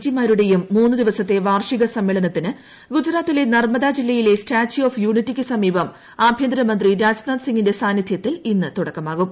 G മാരുടെയും മൂന്ന് ദിവസത്തെ വാർഷിക സമ്മേളനത്തിന് ഗുജറാത്തിലെ നർമ്മദ ജില്ലയിലെ സ്റ്റാച്യു ഓഫ് യൂണിറ്റിക്ക് സ്ഥമീപം ആഭ്യന്തരമന്ത്രി രാജ്നാഥ് സിങ്ങിന്റെ സാന്നിദ്ധ്യത്തിൽ ഇന്ന് തുടക്കമാകും